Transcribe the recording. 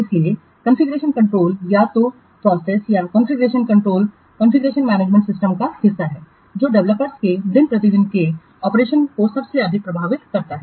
इसलिए configuration control या तो प्रोसेस या configuration control configuration management system का हिस्सा है जो डेवलपर्स के दिन प्रतिदिन के संचालन को सबसे अधिक प्रभावित करता है